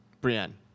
Brienne